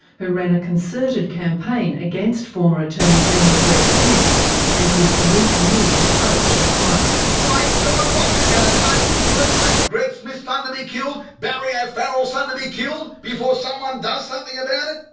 who ran a concerted campaign against former attorney general greg smith and his weak kneed approach to crime. my god, what's it gonna take? will it take greg smith's son to be killed, barry o'farrell's son to be killed before someone does something about it?